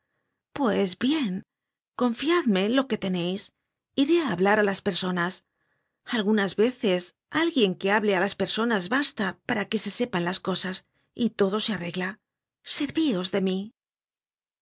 pues bien confiadme lo que teneis iré á hablar á las personas algunas veces alguien que hable á las personas basta para que se sepan las cosas y todo se arregla servios de mí